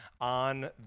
on